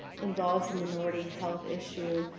involves a minority health issue,